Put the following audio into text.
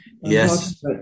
yes